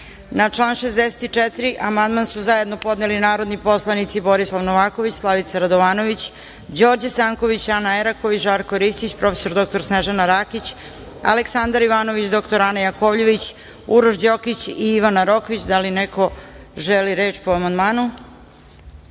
član 64. amandman su zajedno podneli narodni poslanici Borislav Novaković, Slavica Radovanović, Đorđe Stanković, Ana Eraković, Žarko Ristić, prof. dr Snežana Rakić, Aleksandar Ivanović, dr Ana Jakovljević, Uroš Đokić i Ivana Rokvić. Da li neko želi reč po amandmanu? Pošto